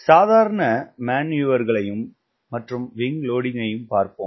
சாதாரண மேன்யூவர்களையும் மற்றும் விங்க் லோடிங்கையும் பார்ப்போம்